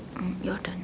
um your turn